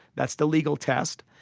that's the legal test,